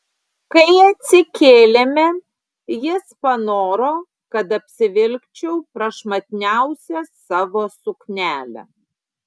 kai atsikėlėme jis panoro kad apsivilkčiau prašmatniausią savo suknelę